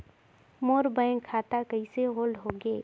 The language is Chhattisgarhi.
मोर बैंक खाता कइसे होल्ड होगे?